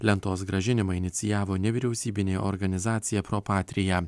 lentos grąžinimo inicijavo nevyriausybinė organizacija propatrija